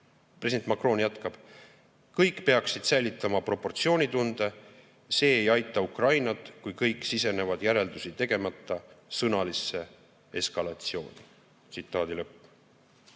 President Macron jätkab: "Kõik peaksid säilitama proportsioonitunde, see ei aita Ukrainat, kui kõik sisenevad järeldusi tegemata sõnalisse eskalatsiooni." Eelnõu